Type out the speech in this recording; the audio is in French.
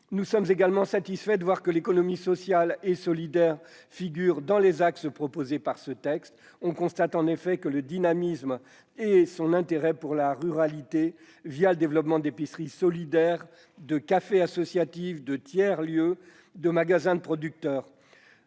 Nous sommes également satisfaits de constater que l'économie sociale et solidaire figure dans les axes proposés par ce texte. On constate en effet son dynamisme et son intérêt pour la ruralité, avec par exemple le développement d'épiceries solidaires, de cafés associatifs, de tiers lieux, de magasins de producteurs